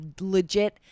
legit